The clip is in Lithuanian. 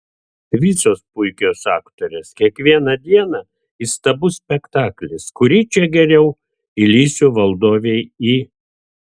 visos puikios aktorės kiekvieną dieną įstabus spektaklis kuri čia giliau įlįsiu vadovei į